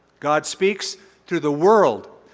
god speaks through the world.